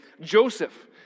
Joseph